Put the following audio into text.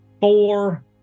four